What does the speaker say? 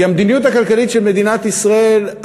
כי המדיניות הכלכלית של מדינת ישראל,